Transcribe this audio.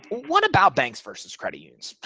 what about banks versus credit unions?